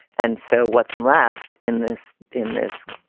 and so what's left in this in this,